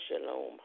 shalom